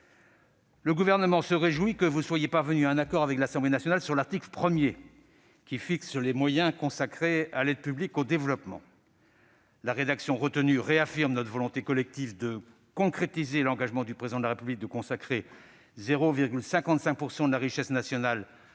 Le Gouvernement se réjouit que vous soyez parvenus à un accord avec l'Assemblée nationale sur l'article 1 qui fixe les moyens consacrés à l'aide publique au développement. La rédaction retenue réaffirme notre volonté collective de concrétiser l'engagement du Président de la République de consacrer 0,55 % de la richesse nationale à notre aide publique